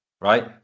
Right